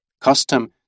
Custom